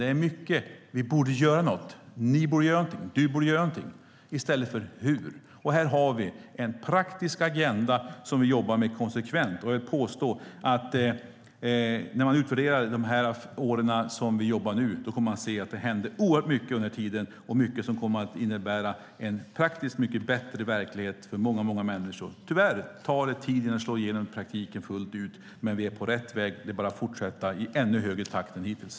Det är mycket av: Ni borde göra någonting och du borde göra någonting, i stället för att man talar om hur det ska göras. Här har vi en praktisk agenda som vi jobbar med konsekvent. Jag vill påstå att när man utvärderar de här åren när vi nu jobbar med det här kommer man se att det hände oerhört mycket under den här tiden och mycket som kommer att innebära en praktiskt mycket bättre verklighet för många människor. Tyvärr tar det tid innan det slår igenom fullt ut i praktiken, men vi är på rätt väg. Det är bara att fortsätta i ännu högre takt än hittills.